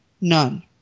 None